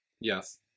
Yes